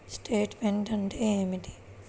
Statement అంటే ఏమిటి?